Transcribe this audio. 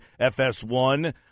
FS1